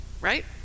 right